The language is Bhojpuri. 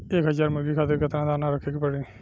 एक हज़ार मुर्गी खातिर केतना दाना रखे के पड़ी?